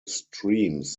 streams